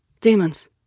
Demons